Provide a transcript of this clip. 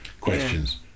questions